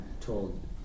told